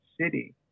city